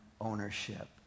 ownership